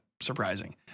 surprising